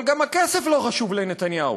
אבל גם הכסף לא חשוב לנתניהו,